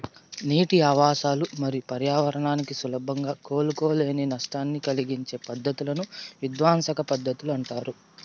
నీటి ఆవాసాలు మరియు పర్యావరణానికి సులభంగా కోలుకోలేని నష్టాన్ని కలిగించే పద్ధతులను విధ్వంసక పద్ధతులు అంటారు